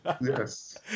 Yes